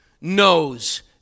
knows